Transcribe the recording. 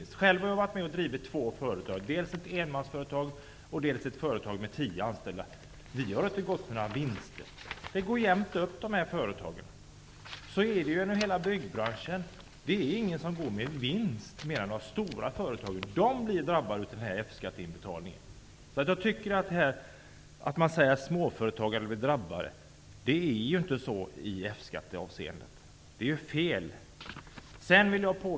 Själv har jag drivit två företag, dels ett enmansföretag, dels ett företag med tio anställda. De har inte gått med några vinster. Det går jämnt upp i dessa företag. Så är det inom hela byggbranschen -- det är inga som går med vinst, utom de stora. Det är de stora företagen som drabbas av F-skatteinbetalningen. Man säger att småföretagare blir drabbade. Det är inte så, det är fel.